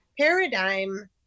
paradigm